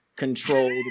controlled